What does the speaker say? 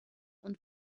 und